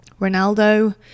Ronaldo